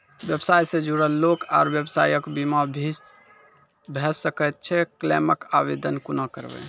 व्यवसाय सॅ जुड़ल लोक आर व्यवसायक बीमा भऽ सकैत छै? क्लेमक आवेदन कुना करवै?